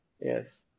Yes